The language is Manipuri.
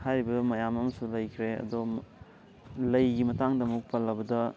ꯍꯥꯏꯔꯤꯕ ꯃꯌꯥꯝ ꯑꯃꯁꯨ ꯂꯩꯈ꯭ꯔꯦ ꯑꯗꯣ ꯂꯩꯒꯤ ꯃꯇꯥꯡꯗ ꯑꯃꯨꯛ ꯄꯜꯂꯕꯗ